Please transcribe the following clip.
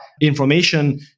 information